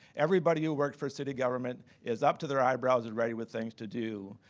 everybody who works for a city government is up to their eyebrows already with things to do.